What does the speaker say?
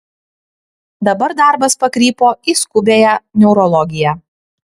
dabar darbas pakrypo į skubiąją neurologiją